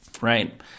right